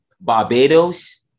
Barbados